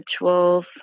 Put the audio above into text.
rituals